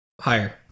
Higher